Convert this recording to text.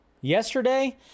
Yesterday